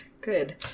Good